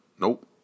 nope